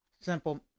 simple